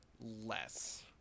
less